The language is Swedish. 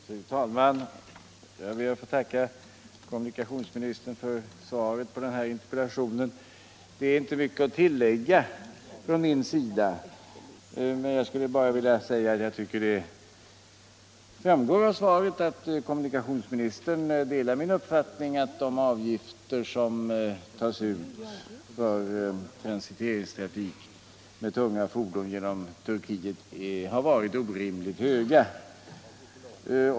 Fru talman! Jag ber att få tacka kommunikationsministern för svaret på interpellationen. Det är inte mycket att tillägga för mig. Jag skulle bara vilja säga att jag tycker att det framgår av svaret att kommunikationsministern delar min uppfattning att de avgifter som tas ut för transittrafik med tunga fordon genom Turkiet har varit orimligt höga.